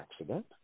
accident